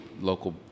local